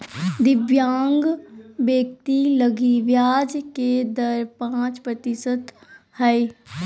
दिव्यांग व्यक्ति लगी ब्याज के दर पांच प्रतिशत हइ